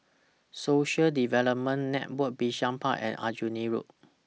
Social Development Network Bishan Park and Aljunied Road